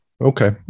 Okay